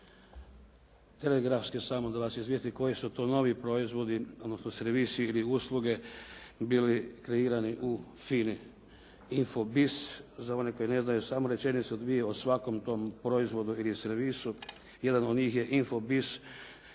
Telegrafski samo da vas izvijestim koji su to novi proizvodi, odnosno servisi ili usluge bili kreirani u FINA-i. Info-bis za one koji ne znaju, samo rečenicu-dvije o svakom tom proizvodu ili servisu. Jedan od njih je Info-bis.